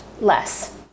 less